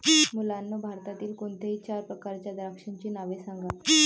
मुलांनो भारतातील कोणत्याही चार प्रकारच्या द्राक्षांची नावे सांगा